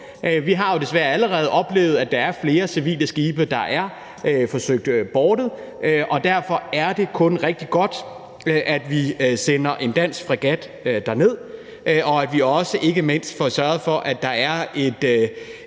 Vi har jo desværre allerede oplevet, at der er flere civile skibe, der er forsøgt boardet, og derfor er det kun rigtig godt, at vi sender en dansk fregat derned, og at vi ikke mindst også får sørget for, at der er et